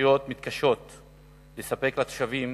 הרשויות מתקשות לספק לתושבים